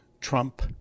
Trump